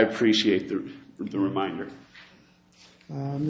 appreciate the reminder